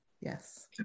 Yes